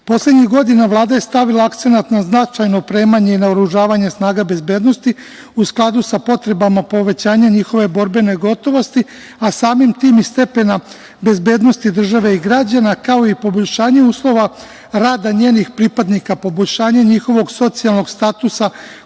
pripadnika. Poslednjih godina Vlada je stavila akcenat na značajno opremanje i naoružavanja snaga bezbednosti, u skladu sa potrebama povećanja njihove borbene gotovosti, a simi tim i stepena bezbednosti države i građana, kao i poboljšavanje uslova rada njenih pripadnika, poboljšanje njihovog socijalnog statusa,